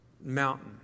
mountain